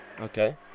okay